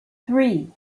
three